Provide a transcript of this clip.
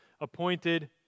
appointed